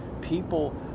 people